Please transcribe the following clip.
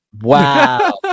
Wow